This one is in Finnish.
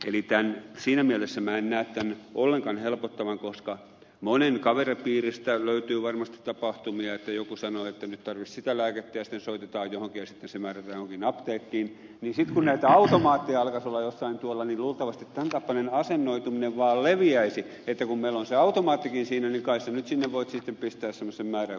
eli siinä mielessä minä en näe tämän tilanteen ollenkaan helpottavan koska monen kaveripiiristä löytyy varmasti tapahtumia että joku sanoo että nyt tarvitsisi sitä lääkettä ja sitten soitetaan johonkin ja sitten se määrätään johonkin apteekkiin niin sitten kun näitä automaatteja alkaisi olla jossain tuolla niin luultavasti tämäntapainen asennoituminen vaan leviäisi että kun meillä on se automaattikin siinä niin kai sinä nyt sinne voit pistää semmoisen määräyksen